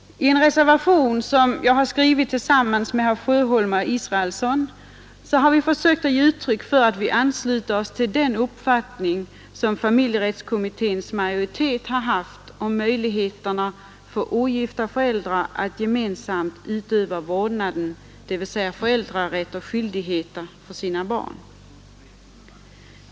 I en reservation som jag skrivit tillsammans med herr Sjöholm och herr Israelsson har vi sökt ge uttryck för att vi ansluter oss till den uppfattning som familjerättskommitténs majoritet haft om möjligheterna för ogifta föräldrar att gemensamt utöva vårdnaden, dvs. föräldrarätt och skyldigheter, för sina barn.